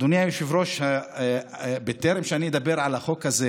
אדוני היושב-ראש, טרם אדבר על החוק הזה